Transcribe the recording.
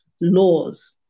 laws